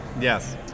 Yes